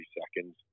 seconds